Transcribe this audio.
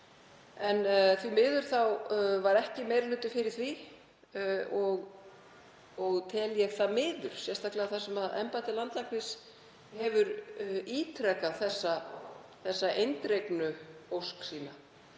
En ekki var meiri hluti fyrir því og tel ég það miður, sérstaklega þar sem embætti landlæknis hefur ítrekað þessa eindregnu ósk sína.